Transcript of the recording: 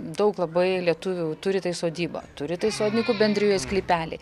daug labai lietuvių turi tai sodybą turi tai sodininkų bendrijos sklypelį